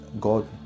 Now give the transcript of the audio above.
God